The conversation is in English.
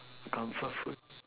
comfort food